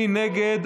מי נגד?